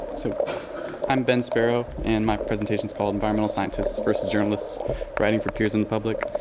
so i'm ben sparrow and my presentations called environmental scientist vs. journalists writing for peers and the public.